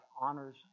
honors